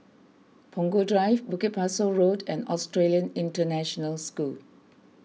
Punggol Drive Bukit Pasoh Road and Australian International School